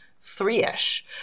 three-ish